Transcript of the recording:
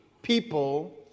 People